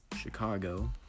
Chicago